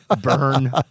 burn